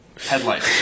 Headlight